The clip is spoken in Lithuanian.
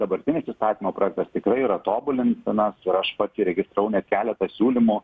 dabartinis įstatymo projektas tikrai yra tobulintinas ir aš pats įregistravau net keletą siūlymų